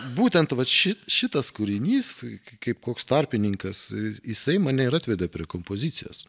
būtent vat ši šitas kūrinys kaip koks tarpininkas jisai mane ir atvedė prie kompozicijos